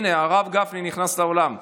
הינה, הרב גפני נכנס לאולם.